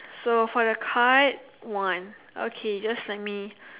so for the card one okay just let me